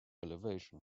elevation